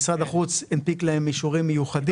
משרד החוץ הנפיק להם אישורים מיוחדים.